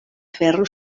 ferro